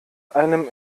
einem